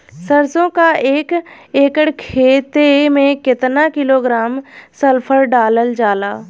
सरसों क एक एकड़ खेते में केतना किलोग्राम सल्फर डालल जाला?